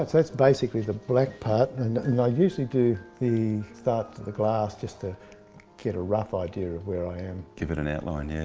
that's that's basically the black part and i usually do the start to the glass just to get a rough idea of where i am. give it an outline. yeah.